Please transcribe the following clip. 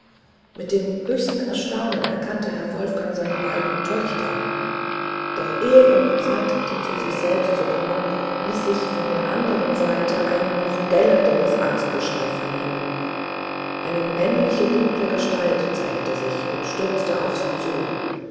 mit dem höchsten erstaunen erkannte herr wolfgang seine beiden töchter doch ehe er noch zeit hatte zu sich selbst zu kommen ließ sich von der andern seite ein noch gellenderes angstgekreisch vernehmen eine männliche dunkle gestalt zeigte sich und stürzte auf sie zu